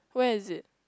where is it